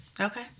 okay